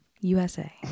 USA